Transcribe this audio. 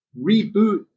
reboot